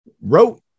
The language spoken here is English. wrote